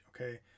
okay